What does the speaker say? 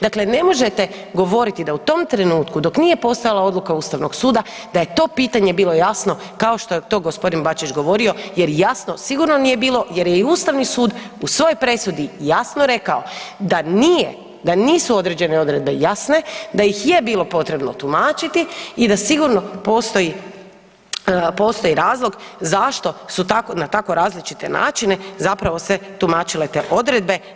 Dakle, ne možete govoriti da u tom trenutku dok nije postojala odluka Ustavnog suda je to pitanje bilo jasno kao što je to gospodin Bačić govori, jer jasno sigurno nije bilo jer je i Ustavni sud u svojoj presudi jasno rekao da nije, da nisu određene odredbe jasno, da ih je bilo potrebno tumačiti i da sigurno postoji razlog zašto su na tako različite načine zapravo se tumačile te odredbe.